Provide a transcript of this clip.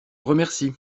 remercie